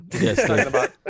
Yes